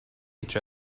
each